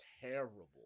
terrible